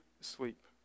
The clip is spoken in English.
sleep